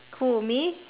who me